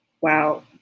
wow